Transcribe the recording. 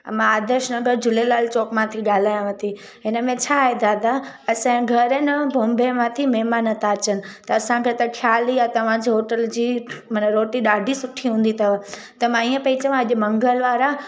मां आदर्श नगर झूलेलाल चौक मां थी ॻाल्हायांव थी हिन में छा आहे दादा असांजो घरु आहे न बॉम्बे मां थी महिमान था अचनि त असांखे त ख़्यालु ई आहे तव्हांजी होटल जी माना रोटी ॾाढी सुठी हूंदी अथव त मां ईअं पई चवां अॼु मंगलवार आहे